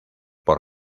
por